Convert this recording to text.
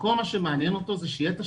שכל מה שמעניין אותו זה שיהיה תשתיות.